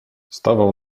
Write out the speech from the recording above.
stawał